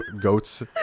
goats